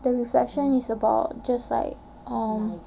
the reflection is about just like um